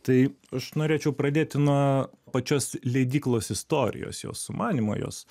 tai aš norėčiau pradėti nuo pačios leidyklos istorijos jos sumanymo jos